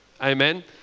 Amen